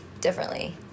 differently